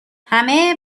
همه